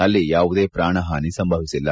ಅಲ್ಲಿ ಯಾವುದೇ ಪ್ರಾಣಹಾನಿ ಸಂಭವಿಸಿಲ್ಲ